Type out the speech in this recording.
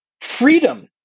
freedom